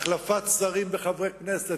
החלפת שרים בחברי כנסת,